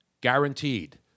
guaranteed